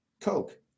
coke